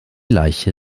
leiche